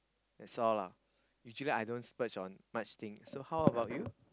that's all lah usually I don't splurge on much thing so how about you